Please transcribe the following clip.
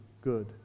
good